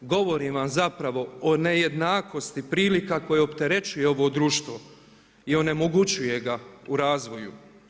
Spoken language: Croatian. Govorim vam zapravo o nejednakosti prilika koje opterećuje ovo društvo i onemogućuje ga u razvoju.